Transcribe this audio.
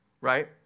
right